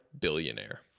Billionaire